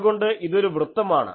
അതുകൊണ്ട് ഇതൊരു വൃത്തമാണ്